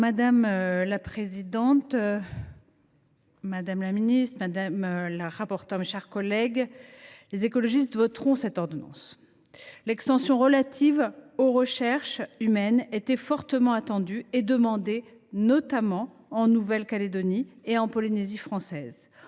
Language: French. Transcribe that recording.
Madame la présidente, madame la ministre, mes chers collègues, les écologistes voteront ce projet de loi de ratification. L’extension relative aux recherches humaines était fortement attendue et demandée, notamment en Nouvelle Calédonie et en Polynésie française.